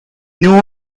new